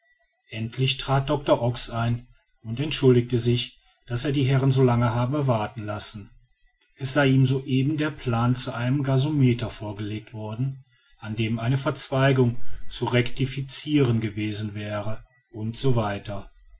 endlich trat doctor ox ein und entschuldigte sich daß er die herren so lange habe warten lassen es sei ihm soeben der plan zu einem gasometer vorgelegt worden an dem eine verzweigung zu rectificiren gewesen wäre u s